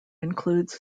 includes